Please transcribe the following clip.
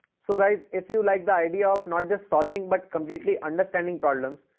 so guys, if you like the idea of not just solving but completely understanding problems,